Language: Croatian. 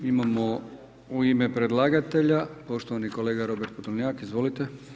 Imamo u ime predlagatelja poštovani kolega Robert Podolnjak, izvolite.